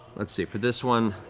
let's see. for this one,